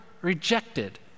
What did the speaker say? rejected